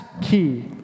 key